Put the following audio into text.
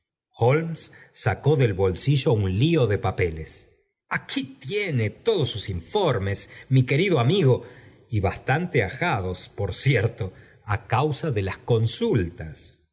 sacó del bolsillo un lío de papeles aquí tiene todos sus informéis mi querido amigo y bastante ajados por cierto á causa de las consultas